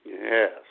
Yes